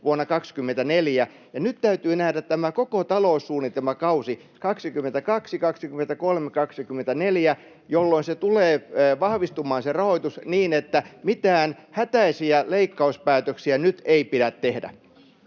vuonna 24. Nyt täytyy nähdä tämä koko taloussuunnitelmakausi — 22, 23, 24 — jolloin se rahoitus tulee vahvistumaan, niin että mitään hätäisiä leikkauspäätöksiä nyt ei pidä tehdä.